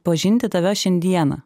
pažinti tave šiandieną